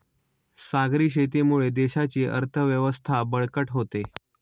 सागरी शेतीमुळे देशाची अर्थव्यवस्था बळकट होते